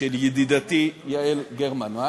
של ידידתי יעל גרמן.